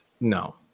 no